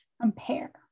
Compare